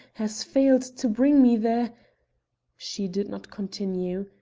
has failed to bring me the she did not continue.